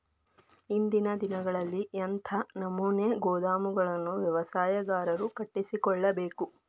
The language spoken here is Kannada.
ಇಂದಿನ ದಿನಗಳಲ್ಲಿ ಎಂಥ ನಮೂನೆ ಗೋದಾಮುಗಳನ್ನು ವ್ಯವಸಾಯಗಾರರು ಕಟ್ಟಿಸಿಕೊಳ್ಳಬೇಕು?